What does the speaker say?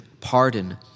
pardon